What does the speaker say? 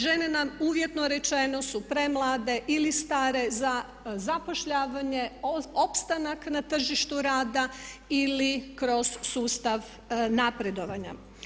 Žene nam uvjetno rečeno su premlade ili stare za zapošljavanje, opstanak na tržištu rada ili kroz sustav napredovanja.